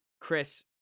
Chris